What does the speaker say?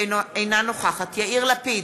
אינה נוכחת יאיר לפיד,